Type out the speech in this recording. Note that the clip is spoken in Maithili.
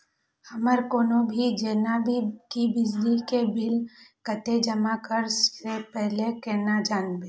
हमर कोनो भी जेना की बिजली के बिल कतैक जमा करे से पहीले केना जानबै?